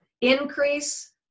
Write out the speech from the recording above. increase